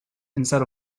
instead